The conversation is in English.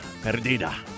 Perdida